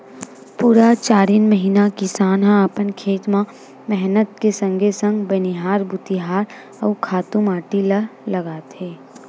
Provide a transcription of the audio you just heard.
पुरा चारिन महिना किसान ह अपन खेत म मेहनत के संगे संग बनिहार भुतिहार अउ खातू माटी ल लगाथे